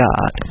God